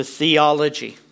theology